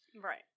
Right